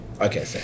okay